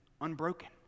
unbroken